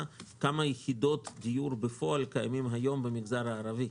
כמה יחידות דיור קיימות היום בפועל במגזר הערבי,